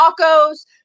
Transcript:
tacos